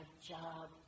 job